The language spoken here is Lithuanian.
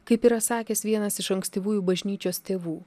kaip yra sakęs vienas iš ankstyvųjų bažnyčios tėvų